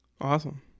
Awesome